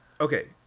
Okay